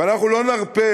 ואנחנו לא נרפה,